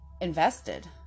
invested